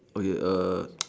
okay